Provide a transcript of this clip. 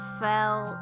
fell